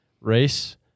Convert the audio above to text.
Race